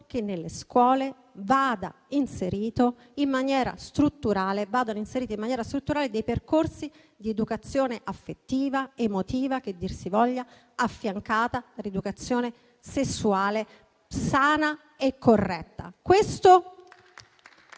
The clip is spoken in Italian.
che nelle scuole vadano inseriti in maniera strutturale percorsi di educazione affettiva ed emotiva - che dir si voglia - affiancata all'educazione sessuale, sana e corretta.